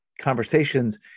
conversations